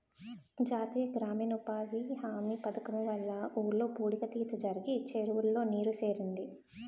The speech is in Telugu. జాతీయ గ్రామీణ ఉపాధి హామీ పధకము వల్ల ఊర్లో పూడిక తీత జరిగి చెరువులో నీరు సేరింది